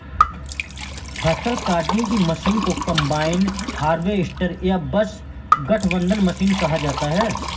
फ़सल काटने की मशीन को कंबाइन हार्वेस्टर या बस गठबंधन मशीन कहा जाता है